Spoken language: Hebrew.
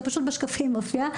זה פשוט בשקפים מופיע.